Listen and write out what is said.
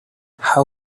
how